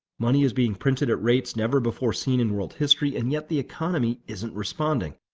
money is being printed at rates never before seen in world history, and yet the economy isn't responding.